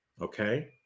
okay